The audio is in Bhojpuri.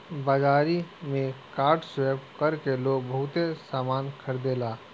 बाजारी में कार्ड स्वैप कर के लोग बहुते सामना खरीदेला